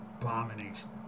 abomination